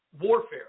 warfare